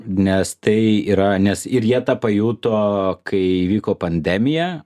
nes tai yra nes ir jie tą pajuto kai įvyko pandemija